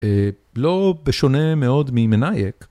לא בשונה מאוד ממנייק.